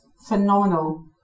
phenomenal